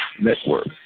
network